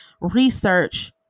research